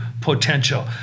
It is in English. potential